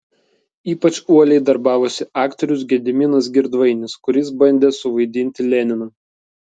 ypač uoliai darbavosi aktorius gediminas girdvainis kuris bandė suvaidinti leniną